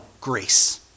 Grace